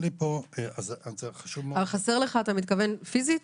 כשאתה אומר חסרים, אתה מתכוון פיזית?